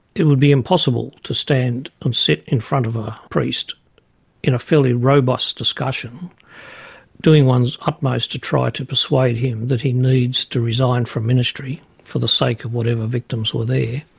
it would be impossible to stand and sit in front of a priest in a fairly robust discussion doing ones utmost to try to persuade him that he needs to resign from ministry for the sake of whatever victims were there.